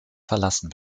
verlassen